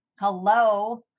Hello